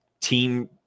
team